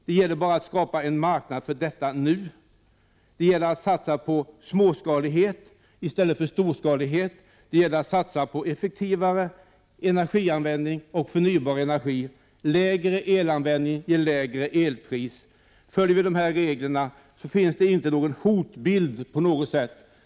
Det gäller bara att skapa en marknad för detta nu, det gäller att satsa på småskalighet i stället för storskalighet, det gäller att satsa på effektivare energianvändning och förnybar energi. Lägre elanvändning ger lägre elpris. Följer vi de här reglerna, finns det inte någon hotbild på något sätt.